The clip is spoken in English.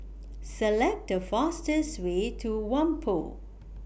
Select The fastest Way to Whampoa